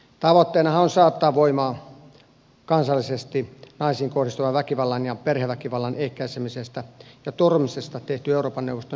tavoitteenahan on saattaa voimaan kansallisesti naisiin kohdistuvan väkivallan ja perheväkivallan ehkäisemisestä ja torjumisesta tehty euroopan neuvoston yleissopimus